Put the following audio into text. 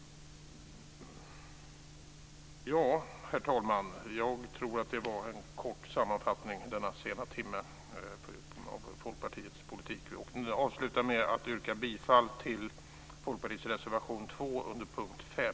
Herr talman! Jag tror att detta var en kort sammanfattning av Folkpartiets politik, denna sena timme. Jag avslutar med att yrka bifall till Folkpartiets reservation 2 under punkt 5.